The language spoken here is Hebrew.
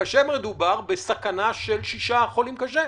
כאשר מדובר בסכנה של 6 חולים קשה.